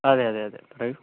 അതേയതേയതേ പറയൂ